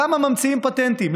למה ממציאים פטנטים?